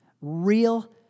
real